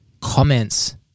comments